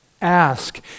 Ask